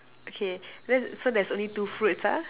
okay then so there's only two fruits ah